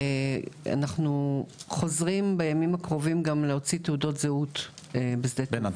אנחנו חוזרים בימים הקרובים גם להוציא תעודת זהות בנתב"ג,